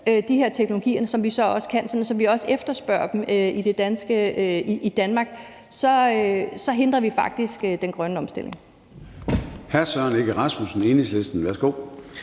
de her teknologier, som vi jo så kan, og sådan at vi også efterspørger dem i Danmark, hindrer vi faktisk den grønne omstilling.